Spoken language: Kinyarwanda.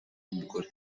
w’umugore